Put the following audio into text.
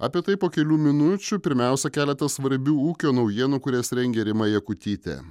apie tai po kelių minučių pirmiausia keletas svarbių ūkio naujienų kurias rengė rima jakutytė